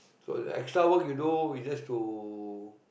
so the extra work you do is just to